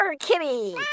kitty